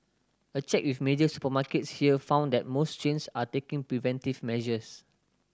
a check with major supermarkets here found that most chains are taking preventive measures